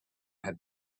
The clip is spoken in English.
had